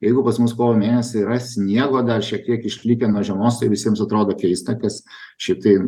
jeigu pas mus kovo mėnesį yra sniego dar šiek tiek išlikę nuo žiemos tai visiems atrodo keista kas šiaip tai